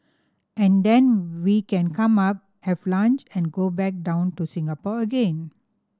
and then we can come up have lunch and go back down to Singapore again